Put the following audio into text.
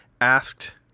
asked